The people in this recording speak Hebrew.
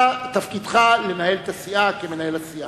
אתה, תפקידך לנהל את הסיעה כמנהל הסיעה.